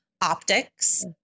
Optics